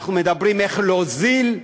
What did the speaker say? אנחנו מדברים איך להוזיל,